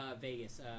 Vegas